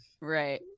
Right